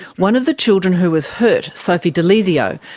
one of the children who was hurt, sophie delezio,